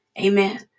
Amen